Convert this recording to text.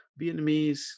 Vietnamese